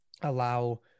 allow